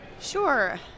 Sure